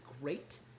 great